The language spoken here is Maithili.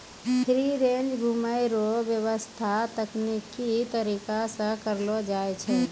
फ्री रेंज घुमै रो व्याबस्था तकनिकी तरीका से करलो जाय छै